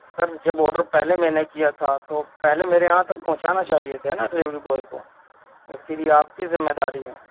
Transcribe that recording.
سر جب آڈر پہلے میں نے کیا تھا تو پہلے میرے یہاں تک پہنچانا چاہیے تھے نا ڈیلیوری بوائے کو یہ پھر یہ آپ کی ذمّے داری ہے